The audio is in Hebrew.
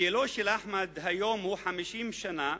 גילו של אחמד היום הוא 50 שנה.